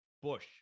Bush